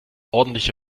ordentliche